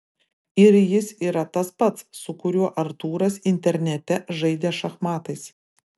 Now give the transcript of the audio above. ir jis yra tas pats su kuriuo artūras internete žaidė šachmatais